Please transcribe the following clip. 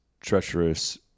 treacherous